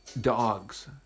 Dogs